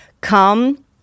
Come